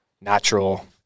natural